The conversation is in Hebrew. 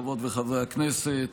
חברות וחברי הכנסת,